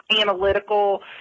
Analytical